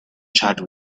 charge